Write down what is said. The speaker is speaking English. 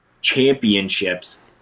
championships